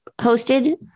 hosted